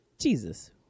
Jesus